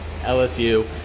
LSU